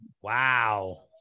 Wow